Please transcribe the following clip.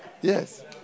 Yes